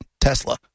tesla